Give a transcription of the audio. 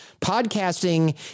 Podcasting